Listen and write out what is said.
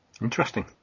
Interesting